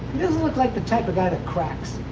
look like the type of guy that cracks.